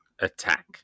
attack